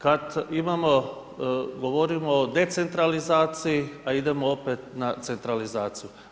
Kada imamo govorimo o decentralizaciji, a idemo opet na centralizaciju.